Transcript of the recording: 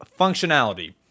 functionality